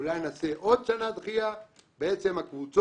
אולי נעשה עוד שנה דחייה הקבוצות